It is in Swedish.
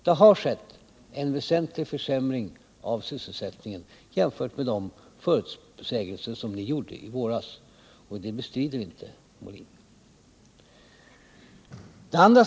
Det har skett en väsentlig försämring av sysselsättningen jämfört med de förutsägelser som ni gjorde i våras, och det bestred inte Björn Molin.